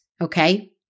Okay